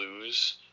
lose